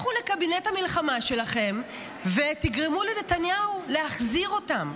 לכו לקבינט המלחמה שלכם ותגרמו לנתניהו להחזיר אותם.